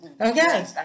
Okay